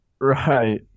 Right